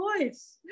voice